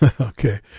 Okay